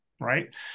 right